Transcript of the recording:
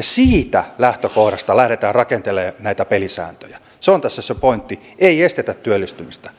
siitä lähtökohdasta lähdetään rakentelemaan näitä pelisääntöjä se on tässä se pointti ei estetä työllistymistä